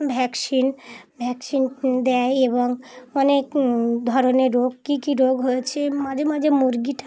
vaccine vaccine দেয় এবং অনেক ধরনের রোগ কী কী রোগ হয়েছে মাঝে মাঝে মুরগিটা